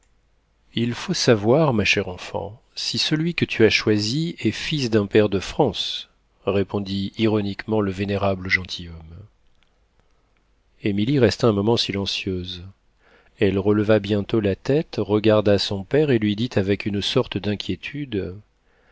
il faut savoir ma chère enfant si celui que tu as choisi est fils d'un pair de france répondit ironiquement le vénérable gentilhomme émilie resta un moment silencieuse elle releva bientôt la tête regarda son père et lui dit avec une sorte d'inquiétude